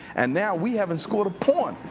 and now we haven't scored a point.